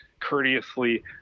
courteously